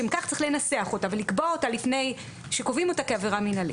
לשם כך צריך לנסח אותה ולקבוע אותה לפני שקובעים אותה כעבירה מינהלית.